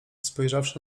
spojrzawszy